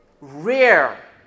rare